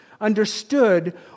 understood